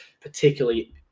particularly